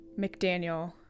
McDaniel